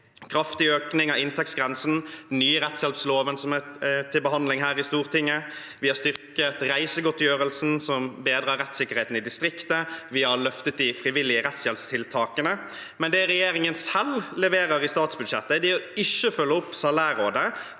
kraftig økning av inntektsgrensen, en ny rettshjelpslov, som er til behandling her i Stortinget, vi har styrket reisegodtgjørelsen som bedrer rettssikkerheten i distriktene, og vi har løftet de frivillige rettshjelpstiltakene. Det regjeringen selv leverer i statsbudsjettet i en dyrtid, er å ikke følge opp salærrådets